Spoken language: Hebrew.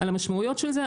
על המשמעויות של זה,